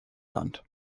land